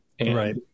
Right